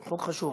חוק חשוב.